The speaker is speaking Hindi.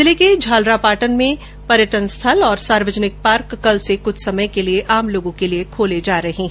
जिले के झालरापाटन के पर्यटन स्थल और सार्वजनिक पार्क कल से कुछ समय के लिए आम लोगों के लिए खोले जा रहे है